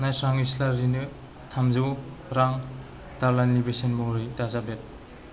नायस्रां इस्लारिनो थामजौ रां दालालनि बेसेन महरै दाजाबदेर